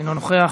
אינו נוכח,